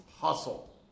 hustle